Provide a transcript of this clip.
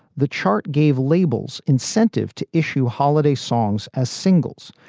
the chart gave labels incentive to issue holiday songs as singles,